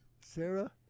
Sarah